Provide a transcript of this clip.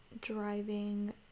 driving